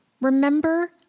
Remember